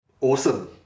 Awesome